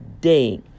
day